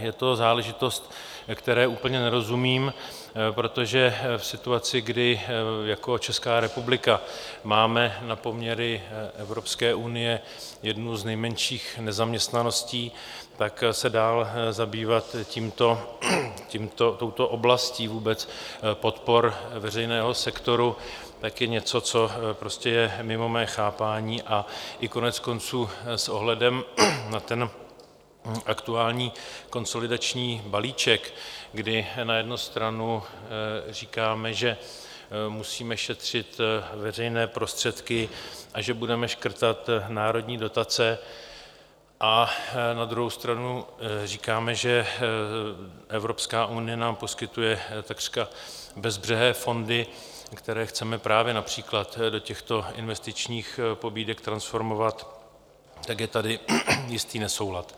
Je to záležitost, které úplně nerozumím, protože v situaci, kdy jako Česká republika máme na poměry Evropské unie jednu z nejmenších nezaměstnaností, tak se dál zabývat touto oblastí podpor veřejného sektoru je něco, co prostě je mimo mé chápání, a i koneckonců s ohledem na aktuální konsolidační balíček, kdy na jednu stranu říkáme, že musíme šetřit veřejné prostředky a že budeme škrtat národní dotace, a na druhou stranu říkáme, že Evropská unie nám poskytuje takřka bezbřehé fondy, které chceme právě například do těchto investičních pobídek transformovat, tak je tady jistý nesoulad.